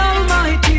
Almighty